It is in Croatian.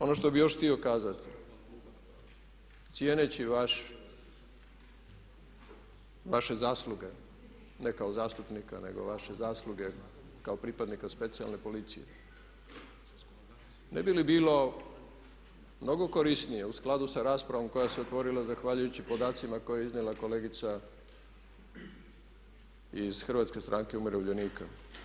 Ono što bih još htio kazati cijeneći vaše zasluge, ne kao zastupnika nego vaše zasluge kao pripadnika Specijalne policije, ne bi li bilo mnogo korisnije u skladu sa raspravom koja se otvorila zahvaljujući podacima koje je iznijela kolegica iz Hrvatske stranke umirovljenika.